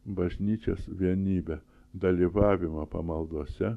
bažnyčios vienybę dalyvavimą pamaldose